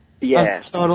Yes